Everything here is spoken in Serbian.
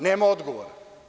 Nema odgovora.